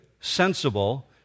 sensible